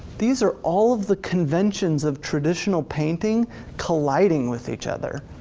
these are all of the conventions of traditional painting colliding with each other.